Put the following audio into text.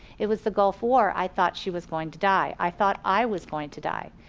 it was the gulf war, i thought she was going to die. i thought i was going to die.